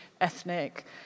ethnic